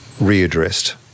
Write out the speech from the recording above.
readdressed